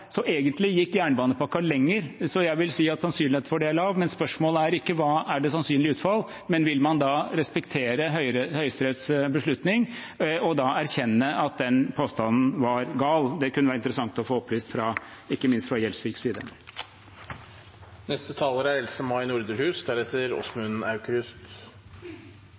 så egentlig gikk jernbanepakken lenger, så jeg vil si at sannsynligheten for det er lav. Men spørsmålet er ikke hva som er det sannsynlige utfallet, men vil man da respektere Høyesteretts beslutning og erkjenne at den påstanden var gal? Det kunne være interessant å få opplyst, ikke minst fra Gjelsviks side. Det er